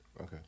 Okay